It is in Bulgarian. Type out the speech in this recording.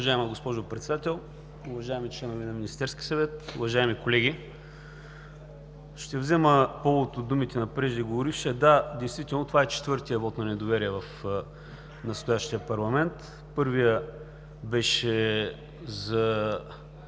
Уважаема госпожо Председател, уважаеми членове на Министерския съвет, уважаеми колеги! Ще взема повод от думите на преждеговорившия. Да, действително това е четвъртият вот на недоверие в настоящия парламент. Първият беше за